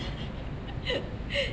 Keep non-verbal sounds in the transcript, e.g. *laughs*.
*laughs*